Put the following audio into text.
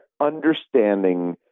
understanding